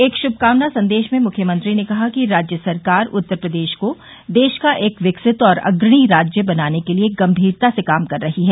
एक श्भकामना संदेश में मुख्यमंत्री ने कहा कि राज्य सरकार उत्तर प्रदेश को देश का एक विकसित और अग्रणी राज्य बनाने के लिये गंभीरता से कार्य कर रही है